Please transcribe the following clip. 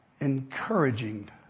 encouraging